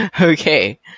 Okay